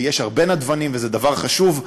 ויש הרבה נדבנים, וזה דבר חשוב,